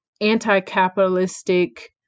anti-capitalistic